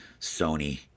Sony